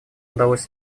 удалось